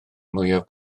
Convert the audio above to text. mwyaf